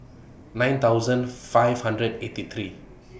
nine thousand five hundred eighty three